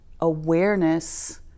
awareness